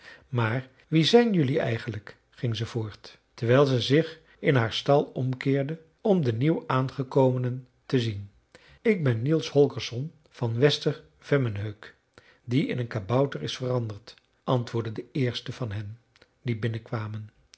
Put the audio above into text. maar wie zijn jelui eigenlijk ging ze voort terwijl ze zich in haar stal omkeerde om de nieuwaangekomenen te zien ik ben niels holgersson van wester vemmenhög die in een kabouter is veranderd antwoordde de eerste van hen die binnenkwamen